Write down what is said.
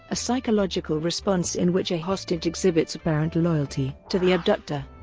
a psychological response in which a hostage exhibits apparent loyalty to the abductor.